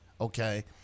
okay